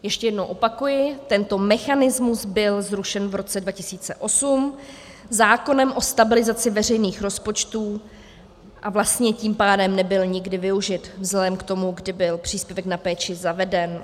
Ještě jednou opakuji, tento mechanismus byl zrušen roce 2008 zákonem o stabilizaci veřejných rozpočtů, a vlastně tím pádem nebyl nikdy využit vzhledem k tomu, kdy byl příspěvek na péči zaveden.